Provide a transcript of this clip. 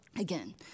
again